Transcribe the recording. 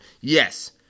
yes